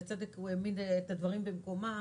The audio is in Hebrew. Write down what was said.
בצדק הוא העמיד את הדברים במקומם,